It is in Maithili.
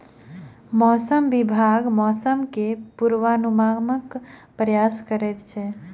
मौसम विभाग मौसम के पूर्वानुमानक प्रयास करैत अछि